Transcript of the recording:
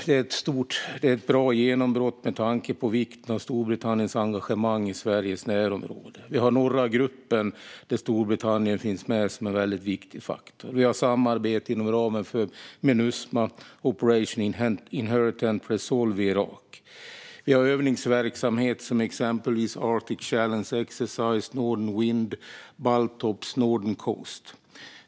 Det är ett bra genombrott med tanke på vikten av Storbritanniens engagemang i Sveriges närområde. Vi har Norra gruppen, där Storbritannien finns med, vilket är en väldigt viktig faktor. Vi har ett samarbete inom ramen för Minusma och Operation Inherent Resolve i Irak. Vi har övningsverksamhet som Arctic Challenge Exercise och Northern Wind, liksom Baltops och Northern Coasts.